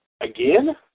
Again